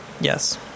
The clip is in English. Yes